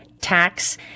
tax